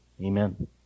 Amen